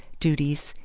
duties,